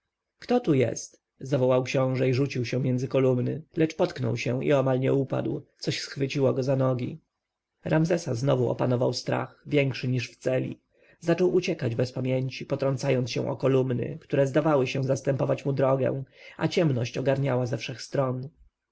kto tu jest zawołał książę i rzucił się między kolumny lecz potknął się i omal nie upadł coś schwyciło go za nogi ramzesa znowu opanował strach większy niż w celi zaczął uciekać bez pamięci potrącając się o kolumny które zdawały się zastępować mu drogę a ciemność ogarniała ze wszech stron